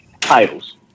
titles